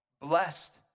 blessed